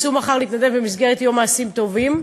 יצאו מחר להתנדב במסגרת יום מעשים טובים.